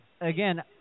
again